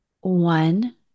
one